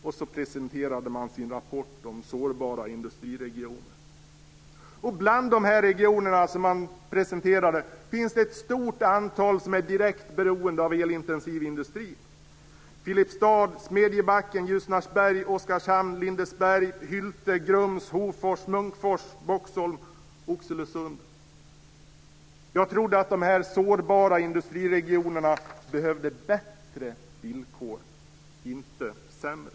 Och så presenterade man sin rapport om sårbara industriregioner. Bland de regioner som man presenterade finns ett stort antal som är direkt beroende av elintensiv industri: Filipstad, Smedjebacken, Ljusnarsberg, Oskarshamn, Lindesberg, Hylte, Grums, Hofors, Munkfors, Boxholm och Oxelösund. Jag trodde att dessa sårbara industriregionerna behövde bättre villkor, inte sämre.